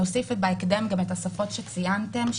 נוסיף בהקדם גם את השפות שציינתם,